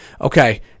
Okay